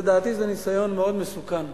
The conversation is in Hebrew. לדעתי זה ניסיון מאוד מסוכן.